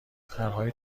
پرهای